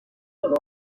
selon